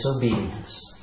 disobedience